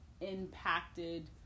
impacted